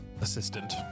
assistant